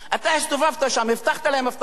אתה הסתובבת שם, הבטחת להם הבטחות.